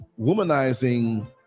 womanizing